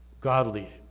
godly